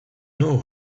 know